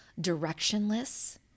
directionless